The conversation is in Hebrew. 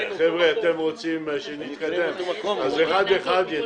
אם אתם רוצים שנתקדם דברו אחד אחד.